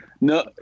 no